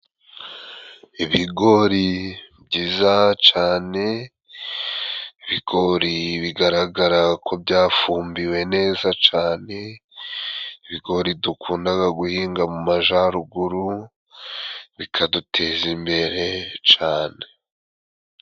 Ibigori byiza cane, ibigori bigaragara ko byafumbiwe neza cane, ibigori dukundaga guhinga mu majaruguru bikadutezambere cane.